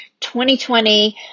2020